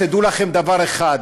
תדעו לכם דבר אחד: